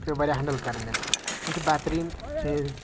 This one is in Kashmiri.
پیوو واریاہ ہٮ۪نڈٕل کَرٕنۍ اَسہِ یِم چھِ بہتٔریٖن چیٖز